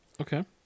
Okay